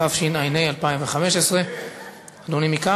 התשע"ה 2015. אדוני,